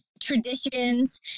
traditions